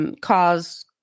Cause